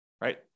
right